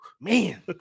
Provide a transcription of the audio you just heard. Man